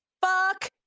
fuck